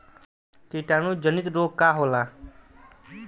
कीटाणु जनित रोग का होला?